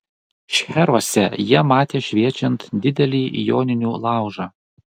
šcheruose jie matė šviečiant didelį joninių laužą